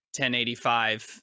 1085